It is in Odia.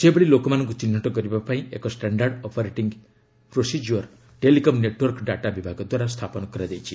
ସେହିଭଳି ଲୋକମାନଙ୍କୁ ଚିହ୍ନଟ କରିବା ପାଇଁ ଏକ standard operating procedure' telecom network data ବିଭାଗ ଦ୍ୱାରା ସ୍ଥାପନ କରାଯାଇଛି